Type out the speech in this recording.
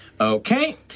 Okay